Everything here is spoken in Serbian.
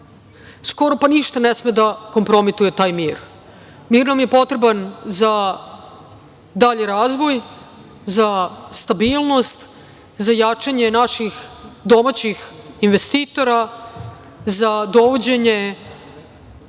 skoro pa ništa ne sme da kompromituje taj mir. Mir nam je potreban za dalji razvoj, za stabilnost, za jačanje naših domaćih investitora, za dovođenje